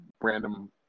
random